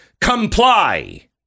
comply